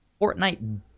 Fortnite